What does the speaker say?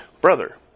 brother